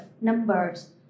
numbers